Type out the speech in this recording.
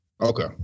Okay